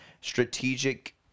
strategic